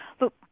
Look